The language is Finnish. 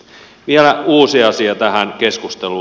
vielä uusi asia tähän keskusteluun